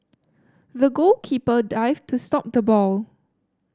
the goalkeeper dived to stop the ball